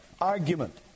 argument